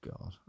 God